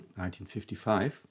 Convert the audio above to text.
1955